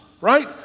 right